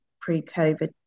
pre-COVID